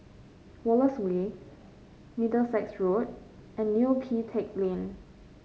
Wallace Way Middlesex Road and Neo Pee Teck Lane